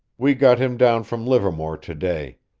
we got him down from livermore to-day.